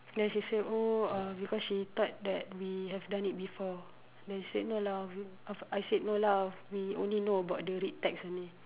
then she said oh uh because she thought that we have done it before then she said no lah we I I said no lah we only know about the read text only